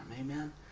Amen